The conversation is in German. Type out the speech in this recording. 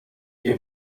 ihr